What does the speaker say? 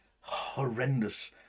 horrendous